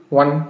one